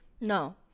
No